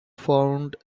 found